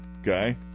Okay